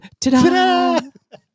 Ta-da